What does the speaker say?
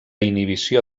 inhibició